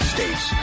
States